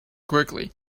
quickly